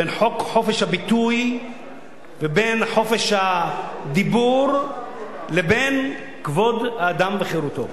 בין חופש הביטוי וחופש הדיבור לבין כבוד האדם וחירותו.